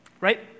Right